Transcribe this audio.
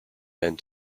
bent